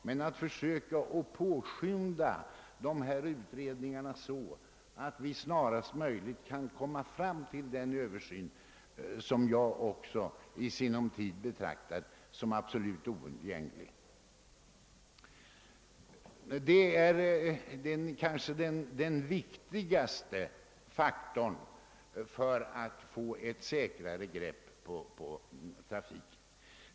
Min uppmaning är säkerligen onödig, ty kommunikationsministern är förmodligen liksom vi andra medveten om hur trängande nödvändigt det är att härvidlag nå ett resultat. Detta är kanske den viktigaste faktorn för att få ett säkrare grepp på trafiken.